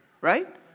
right